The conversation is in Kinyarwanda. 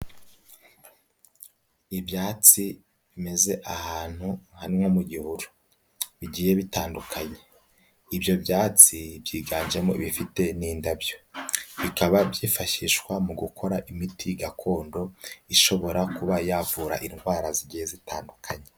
Ibyatsi bimeze ahantu hamwe mu gihuru bigiye bitandukanye. Ibyo byatsi byiganjemo ibifite n'indabyo. Bikaba byifashishwa mu gukora imiti gakondo ishobora kuba yavura indwara zigiye zitandukanye.